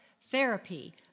therapy